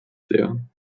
sehr